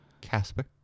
Casper